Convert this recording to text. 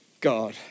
God